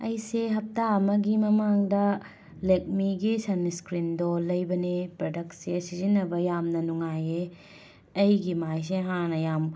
ꯑꯩꯁꯦ ꯍꯞꯇꯥ ꯑꯃꯒꯤ ꯃꯃꯥꯡꯗ ꯂꯦꯛꯃꯤꯒꯤ ꯁꯟꯁ꯭ꯀ꯭ꯔꯤꯟꯗꯣ ꯂꯩꯕꯅꯦ ꯄꯔꯗꯛꯁꯦ ꯁꯤꯖꯟꯅꯕ ꯌꯥꯝꯅ ꯅꯨꯡꯉꯥꯏꯌꯦ ꯑꯩꯒꯤ ꯃꯥꯏꯁꯦ ꯍꯥꯟꯅ ꯌꯥꯝ